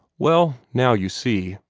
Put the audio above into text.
well, now you see,